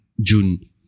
June